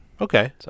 Okay